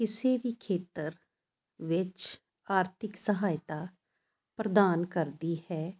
ਕਿਸੇ ਵੀ ਖੇਤਰ ਵਿੱਚ ਆਰਥਿਕ ਸਹਾਇਤਾ ਪ੍ਰਦਾਨ ਕਰਦੀ ਹੈ